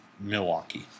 Milwaukee